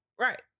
Right